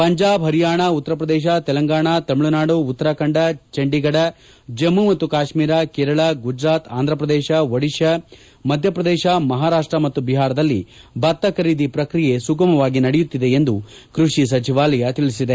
ಪಂಜಾಬ್ ಹರಿಯಾಣ ಉತ್ತರ ಪ್ರದೇಶ ತೆಲಂಗಾಣ ತೆಮಿಳುನಾದು ಉತ್ತರಾಖಂಡ ಚಂಡಿಗಢ ಜಮ್ಮು ಮತ್ತು ಕಾಶ್ಮೀರ ಕೇರಳ ಗುಜರಾತ್ ಆಂಧ್ರಪ್ರದೇಶ ಒದಿಶಾ ಮಧ್ಯಪ್ರದೇಶ ಮಹಾರಾಷ್ಟ್ ಮತ್ತು ಬಿಹಾರದಲ್ಲಿ ಭತ್ತ ಖರೀದಿ ಪ್ರಕ್ರಿಯೆ ಸುಗಮವಾಗಿ ನಡೆಯುತ್ತಿದೆ ಎಂದು ಕ್ಪಡಿ ಸಚಿವಾಲಯ ತಿಳಿಸಿದೆ